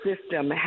system